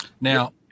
Now